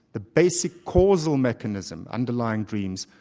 the basic causal mechanism underlying dreams,